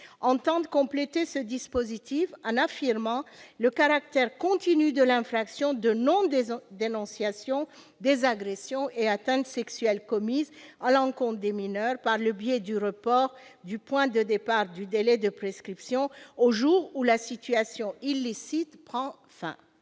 entendent compléter ce dispositif en affirmant le caractère continu de l'infraction de non-dénonciation des agressions et atteintes sexuelles commises à l'encontre des mineurs, par le biais du report du point de départ du délai de prescription au jour où la situation illicite prend fin.